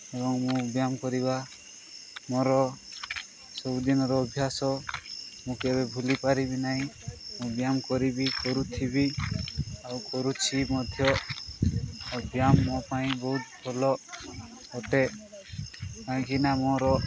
ଏବଂ ମୁଁ ବ୍ୟାୟାମ କରିବା ମୋର ସବୁଦିନର ଅଭ୍ୟାସ ମୁଁ କେବେ ଭୁଲିପାରିବି ନାହିଁ ମୁଁ ବ୍ୟାୟାମ କରିବି କରୁଥିବି ଆଉ କରୁଛି ମଧ୍ୟ ଆଉ ବ୍ୟାୟାମ ମୋ ପାଇଁ ବହୁତ ଭଲ ଅଟେ କାହିଁକିନା ମୋର